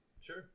Sure